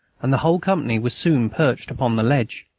and the whole company was soon perched upon the ledge.